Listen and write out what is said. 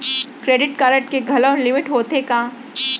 Credit card के घलव limit होथे का?